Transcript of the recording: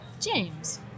James